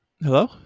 Hello